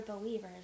believers